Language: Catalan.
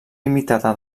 limitada